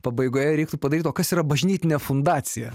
pabaigoje reiktų padaryt o kas yra bažnytinė fundacija